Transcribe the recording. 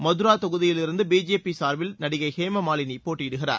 மதுரா தொகுதியிலிருந்து பிஜேபி சார்பில் நடிகை ஹேமா மாலினி போட்டியிடுகிறார்